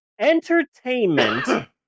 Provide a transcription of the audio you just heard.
Entertainment